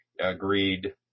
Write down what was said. agreed